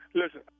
listen